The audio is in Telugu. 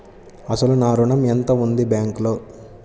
అసలు నా ఋణం ఎంతవుంది బ్యాంక్లో?